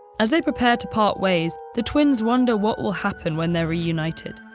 as they prepare to part ways, the twins wonder what will happen when they're reunited.